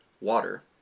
water